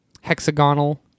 hexagonal